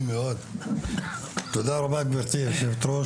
תודה רבה גבירתי היושבת-ראש,